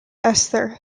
esther